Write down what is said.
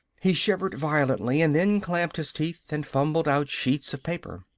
he shivered violently, and then clamped his teeth and fumbled out sheets of paper.